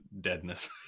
deadness